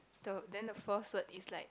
the then the fourth word is like